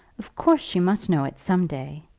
of course she must know it some day,